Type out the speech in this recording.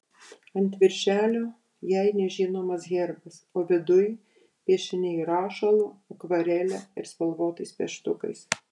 ant viršelio jai nežinomas herbas o viduj piešiniai rašalu akvarele ir spalvotais pieštukais